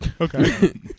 Okay